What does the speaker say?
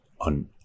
on